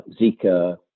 Zika